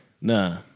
Nah